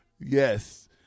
yes